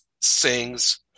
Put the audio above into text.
sings